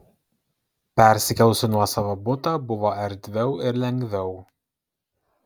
persikėlus į nuosavą butą buvo erdviau ir lengviau